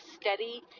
steady